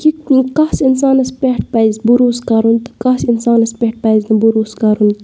کہِ کَس اِنسانَس پٮ۪ٹھ پزِ بُروس کرُن تہٕ کَس اِنسانَس پٮ۪ٹھ پزِ نہٕ بُروس کرُن